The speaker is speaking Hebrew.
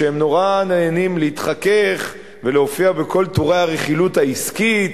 שנורא נהנים להתחכך ולהופיע בכל טורי הרכילות העסקית,